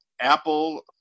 Apple